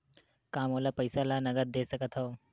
का मोला पईसा ला नगद दे सकत हव?